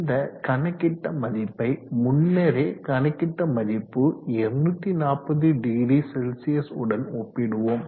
இந்த கணக்கிட்ட மதிப்பை முன்னரே கணக்கிட மதிப்பு 2400C உடன் ஒப்பிடுவோம்